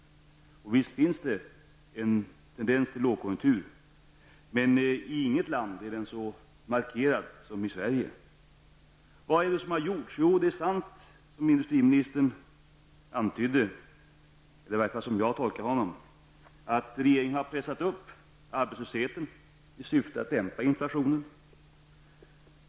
Visst finns det en tendens till lågkonjunktur; men i inget land är den så markerad som i Sverige. Vad är det då som har gjorts? Det är sant att -- som industriministern antydde, i varje fall som jag tolkar honom -- regeringen har pressat upp arbetslösheten i syfte att dämpa inflationen.